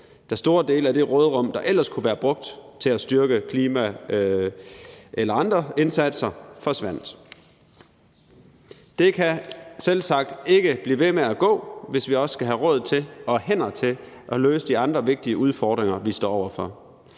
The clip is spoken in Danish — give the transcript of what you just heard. da store dele af det råderum, der ellers kunne være brugt til at styrke klimaindsatsen eller andre indsatser, forsvandt. Det kan selvsagt ikke blive ved med at gå, hvis vi også skal have råd til og hænder til at løse de andre vigtige udfordringer, vi står over for.